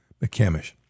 McCamish